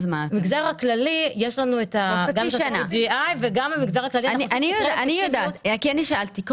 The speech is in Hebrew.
למגזר הכללי יש לנו דוח TGI -- אני יודעת כי אני שאלתי.